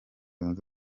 zunze